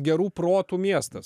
gerų protų miestas